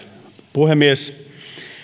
puhemies